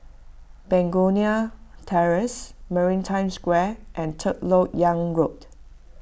Begonia Terrace Maritime Square and Third Lok Yang Road